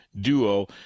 duo